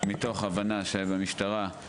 מתוך הבנה שבמשטרה,